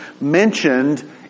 mentioned